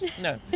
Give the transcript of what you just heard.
No